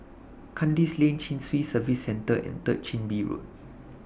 Kandis Lane Chin Swee Service Centre and Third Chin Bee Road